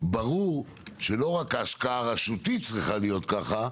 ברור שלא רק ההשקעה הרשותית צריכה להיות ככה,